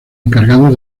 encargado